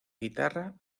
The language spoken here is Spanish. guitarra